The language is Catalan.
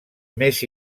més